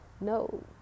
No